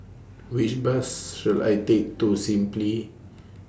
Which Bus should I Take to Simply